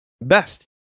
best